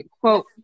quote